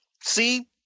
see